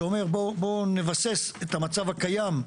שאומר: בואו נבסס את המצב הקיים.